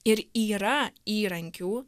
ir yra įrankių